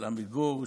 של עמיגור,